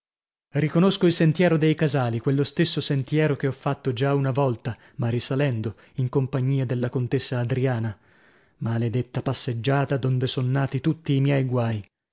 riconosco il sentiero dei casali quello stesso sentiero che ho già fatto una volta ma risalendo in compagnia della contessa adriana maledetta passeggiata donde son nati tutti i miei guai